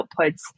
outputs